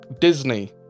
Disney